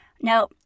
Now